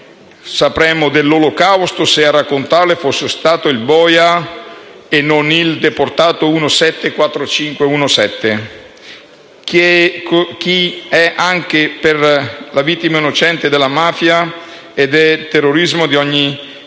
sapremmo dell'Olocausto se a raccontarlo fosse stato il boia e non il deportato n. 174517? Ciò vale per la vittima innocente della mafia, del terrorismo e di ogni grande